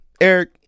Eric